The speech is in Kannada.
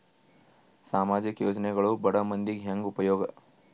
ಸಾಮಾಜಿಕ ಯೋಜನೆಗಳು ಬಡ ಮಂದಿಗೆ ಹೆಂಗ್ ಉಪಯೋಗ?